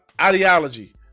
ideology